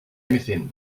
anything